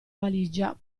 valigia